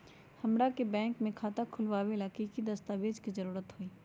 हमरा के बैंक में खाता खोलबाबे ला की की दस्तावेज के जरूरत होतई?